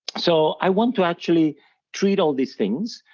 so, i want to actually treat all these things,